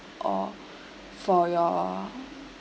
or for your